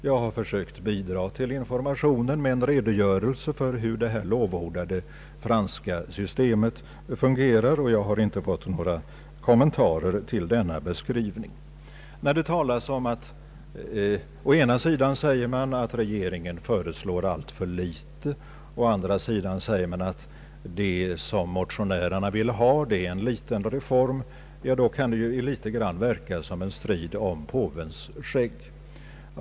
Jag har försökt bidra till informationen med en redogörelse för hur det lovordade franska systemet fungerar och inte fått några kommentarer till denna beskrivning. Å ena sidan säger man att regeringen föreslår alltför litet. Å andra sidan anför man, att det som motionärerna yrkar på är en liten revision. Då kan det i viss mån verka som om vi förde en strid om påvens skägg.